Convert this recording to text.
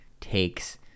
takes